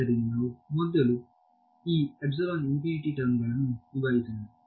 ಆದ್ದರಿಂದ ನಾವು ಮೊದಲು ಈ ಎಪ್ಸಿಲಾನ್ ಇನ್ಫಿನಿಟಿ ಟರ್ಮ್ಗಳನ್ನು ನಿಭಾಯಿಸೋಣ